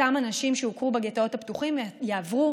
אותם אנשים שהוכרו בגטאות הפתוחים יעברו